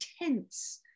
intense